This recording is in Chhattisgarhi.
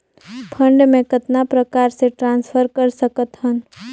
फंड मे कतना प्रकार से ट्रांसफर कर सकत हन?